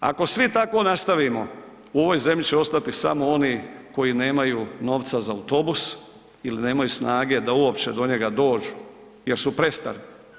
Ako svi tako nastavimo, u ovoj zemlji će ostati samo oni koji nemaju novca za autobus ili nemaju snage da uopće do njega dođu jer su prestari.